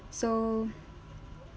so